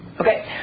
Okay